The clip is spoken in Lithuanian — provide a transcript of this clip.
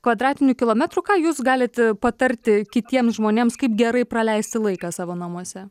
kvadratinių kilometrų ką jūs galit patarti kitiems žmonėms kaip gerai praleisti laiką savo namuose